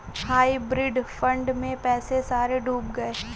hybrid fund में पैसे सारे डूब गए